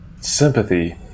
sympathy